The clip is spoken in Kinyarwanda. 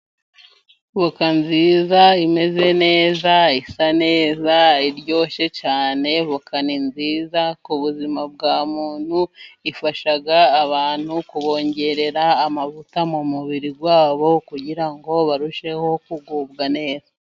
Avoka nziza, imeze neza, isa neza, iryoshye cyane, voka ni nziza ku buzima bwa muntu, ifasha abantu kubongerera amavuta mu mubiri wabo, kugira ngo barusheho kugubwa neza.